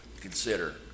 consider